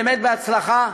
באמת, בהצלחה.